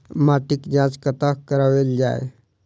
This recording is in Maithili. माटिक जाँच कतह कराओल जाए?